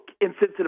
insensitive